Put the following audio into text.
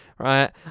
Right